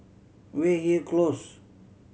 Weyhill Close